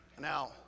Now